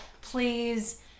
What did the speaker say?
please